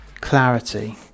clarity